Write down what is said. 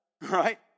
right